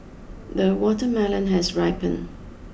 the watermelon has ripened